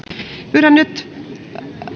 pyydän nyt